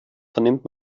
vernimmt